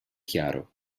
chiaro